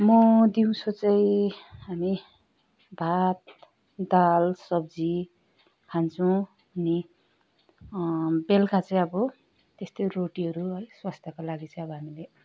म दिउँसो चाहिँ हामी भात दाल सब्जी खान्छौँ अनि बेलुका चाहिँ अब त्यस्तै रोटीहरू है स्वास्थ्यको लागि चाहिँ अब हामीले